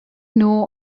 know